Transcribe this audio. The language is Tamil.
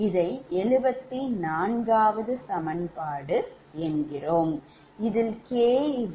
இதை 74 சமன்பாடு இதில் k23